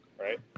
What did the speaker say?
Right